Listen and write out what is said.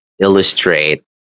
illustrate